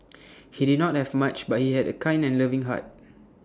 he did not have much but he had A kind and loving heart